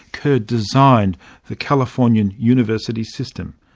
kerr designed the californian university system.